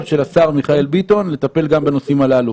של השר מיכאל ביטון לטפל גם בנושאים הללו.